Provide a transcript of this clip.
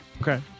Okay